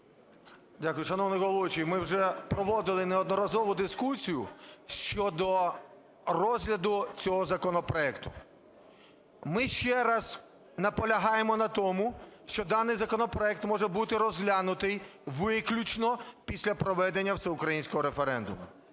Дякую. Шановний головуючий, ми вже проводили неодноразово дискусію щодо розгляду цього законопроекту. Ми ще раз наполягаємо на тому, що даний законопроект може бути розглянутий виключно після проведення всеукраїнського референдуму.